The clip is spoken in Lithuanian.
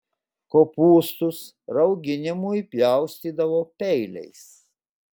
kopūstus rauginimui pjaustydavo peiliais